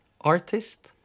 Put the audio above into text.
artist